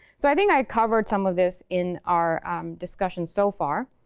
so i think i covered some of this in our discussion so far,